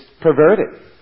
perverted